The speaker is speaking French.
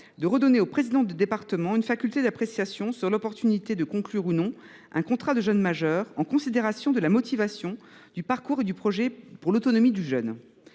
de redonner au président de département une faculté d’appréciation de l’opportunité de conclure ou non un contrat jeune majeur, en considération de la motivation, du parcours et du projet pour l’autonomie du jeune.